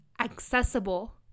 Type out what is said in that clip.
accessible